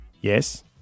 Yes